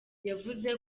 yavuze